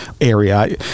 area